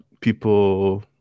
People